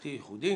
תרבותי ייחודי